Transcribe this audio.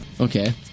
Okay